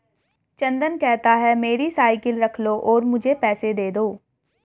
चंदन कहता है, मेरी साइकिल रख लो और मुझे पैसे दे दो